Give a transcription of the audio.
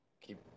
keep